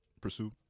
pursue